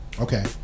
Okay